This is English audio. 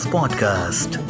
Podcast